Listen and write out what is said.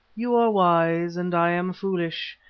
you are wise and i am foolish,